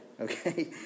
Okay